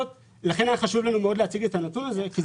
לכן היה חשוב לנו מאוד להציג את הנתון הזה.